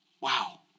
Wow